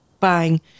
bang